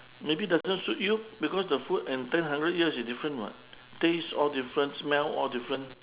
maybe doesn't suit you because the food and turn hundred years is different [what] taste all different smell all different